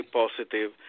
positive